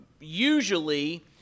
usually